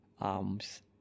arms